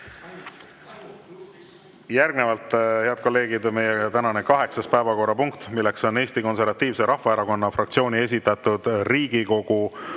Järgnevalt, head kolleegid, meie tänane kaheksas päevakorrapunkt, milleks on Eesti Konservatiivse Rahvaerakonna fraktsiooni esitatud Riigikogu